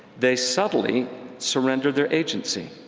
they subtly surrender their agency,